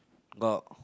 got